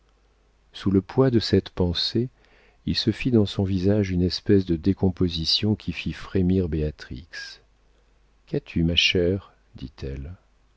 sous le poids de cette pensée il se fit dans son visage une espèce de décomposition qui fit frémir béatrix qu'as-tu ma chère dit